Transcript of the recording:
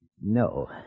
No